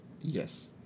Yes